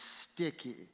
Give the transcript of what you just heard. sticky